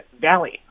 valley